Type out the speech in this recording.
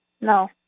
No